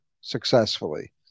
successfully